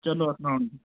چلو السلامُ علیکُم